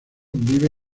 vive